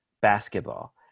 basketball